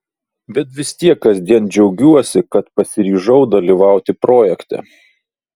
bet vis tiek kasdien džiaugiuosi kad pasiryžau dalyvauti projekte